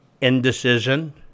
indecision